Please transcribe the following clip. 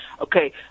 Okay